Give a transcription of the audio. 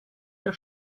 der